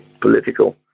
political